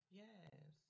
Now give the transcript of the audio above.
yes